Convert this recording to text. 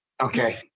Okay